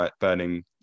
burning